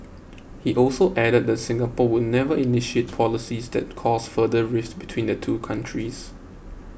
he also added that Singapore would never initiate policies that cause further rift between the two countries